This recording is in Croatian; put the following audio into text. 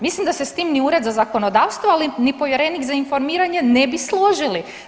Mislim da s tim ni ured za zakonodavstvo, ali ni povjerenik za informiranja ne bi složili.